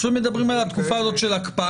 פשוט מדברים על התקופה הזאת של הקפאה.